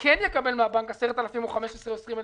כן יקבל מן הבנק 10,000 או 15,000 או 20,000